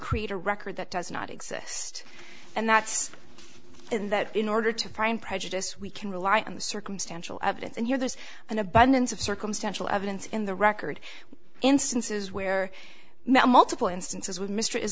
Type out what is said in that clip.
create a record that does not exist and that's in that in order to find prejudice we can rely on the circumstantial evidence and here there's an abundance of circumstantial evidence in the record instances where multiple instances with mr is